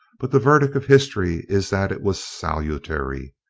but the verdict of history is that it was salutary.